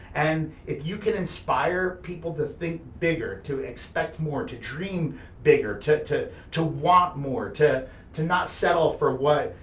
and if you can inspire people to think bigger, to expect more, to dream bigger, to to want more, to to not settle for what,